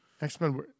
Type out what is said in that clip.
X-Men